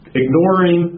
ignoring